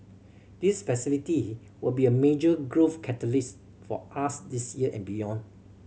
this facility will be a major growth catalyst for us this year and beyond